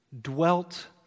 dwelt